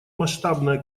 масштабная